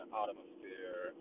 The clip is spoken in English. atmosphere